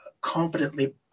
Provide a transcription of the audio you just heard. confidently